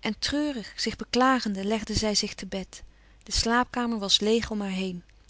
en treurig zich beklagende legde zij zich te bed de slaapkamer was leêg om haar heen